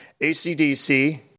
ACDC